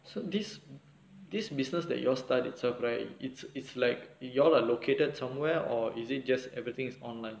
so this this business that you all start itself right it's it's like you all are located somewhere or is it just everything is online